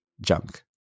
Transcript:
junk